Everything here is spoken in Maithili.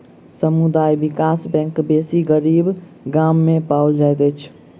समुदाय विकास बैंक बेसी गरीब गाम में पाओल जाइत अछि